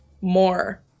more